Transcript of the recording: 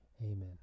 Amen